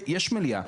יש מליאה.